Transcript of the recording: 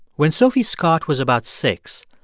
when sophie scott was about six,